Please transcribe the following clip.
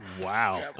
Wow